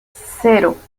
cero